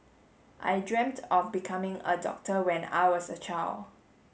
I dreamt of becoming a doctor when I was a child